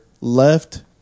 left